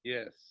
Yes